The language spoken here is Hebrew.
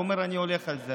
ואמר: אני הולך על זה,